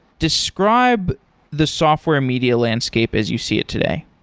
describe the software media landscape as you see it today.